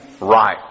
Right